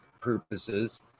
purposes